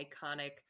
iconic